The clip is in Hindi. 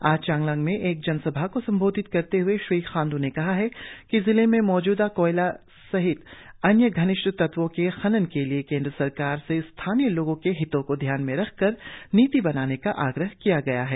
आज चांगलांग में एक जनसभा को संबोधित करते हए श्री खांड् ने कहा कि जिले में मौजूदा कोयला सहित अन्य गनिष्ठ तत्वो के खनन के लिए केंद्र सरकार से स्थानीय लोगों के हितों को ध्यान में रखकर नीति बनाने का आग्रह किया गया है